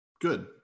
good